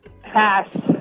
Pass